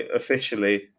officially